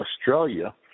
Australia